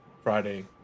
friday